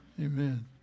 Amen